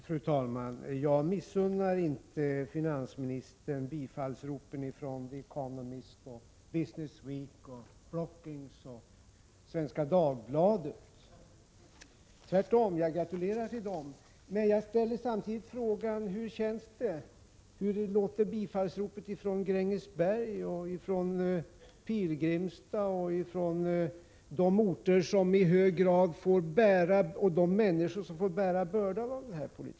Fru talman! Jag missunnar inte finansministern bifallsropen från The Economist, Business Week, Brookings och Svenska Dagbladet. Tvärtom gratulerar jag finansministern. Men jag ställer frågan: Hur är det när det gäller Grängesberg, Pilgrimstad och de människor på olika orter som i hög grad får bära bördan av den här politiken?